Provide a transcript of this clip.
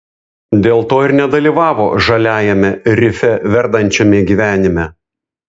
dėl to ir nedalyvavo žaliajame rife verdančiame gyvenime